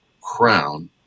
Crown